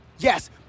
Yes